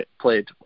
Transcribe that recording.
played